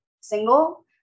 single